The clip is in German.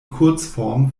kurzform